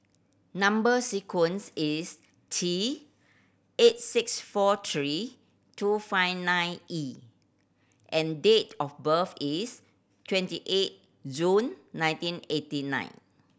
number sequence is T eight six four three two five nine E and date of birth is twenty eight June nineteen eighty nine